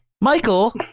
Michael